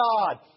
God